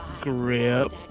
grip